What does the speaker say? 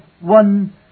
one